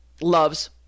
loves